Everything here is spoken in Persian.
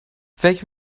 فکر